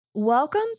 Welcome